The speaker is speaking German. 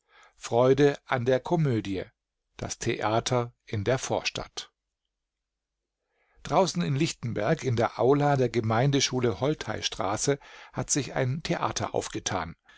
freude an der komödie das theater in der vorstadt draußen in lichtenberg in der aula der gemeindeschule holteistraße hat sich ein theater aufgetan